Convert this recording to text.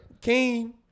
King